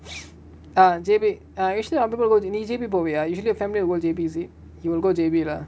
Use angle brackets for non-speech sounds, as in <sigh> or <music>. <breath> ah J_B ah actually அப்பப்போது நீ:appappothu nee J_B போவியா:poviya usually the family will go J_B see he will go J_B lah